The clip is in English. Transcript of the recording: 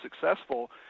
successful